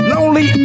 Lonely